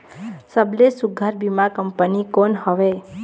सबले सुघ्घर बीमा कंपनी कोन हवे?